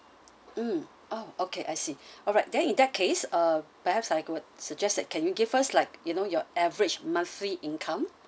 mm oh okay I see alright then in that case ah perhaps I could suggest that can you give us like you know your average monthly income